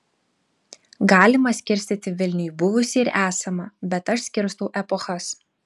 galima skirstyti vilnių į buvusį ir esamą bet aš skirstau epochas